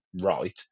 right